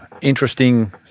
interesting